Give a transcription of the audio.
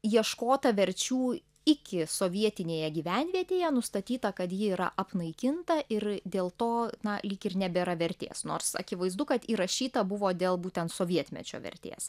ieškota verčių iki sovietinėje gyvenvietėje nustatyta kad ji yra apnaikinta ir dėl to na lyg ir nebėra vertės nors akivaizdu kad įrašyta buvo dėl būtent sovietmečio vertės